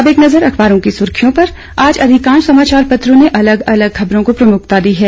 अब एक नजर अखबारों की सुर्खियों पर आज अधिकांश समाचार पत्रों ने अलग अलग खबरों को प्रमुखता दी है